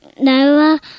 Noah